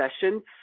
sessions